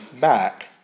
back